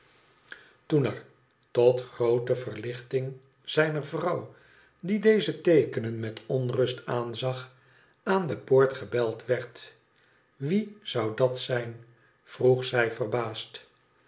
toen er tot groote verlichting zijner vrouw die deze teekeoen met onrust aanzag aan de poort gebeld werd wie zou dat zijn r vroeg zij verbaasd